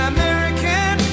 American